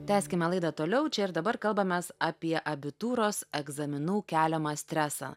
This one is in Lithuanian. tęskime laidą toliau čia ir dabar kalbamės apie abitūros egzaminų keliamą stresą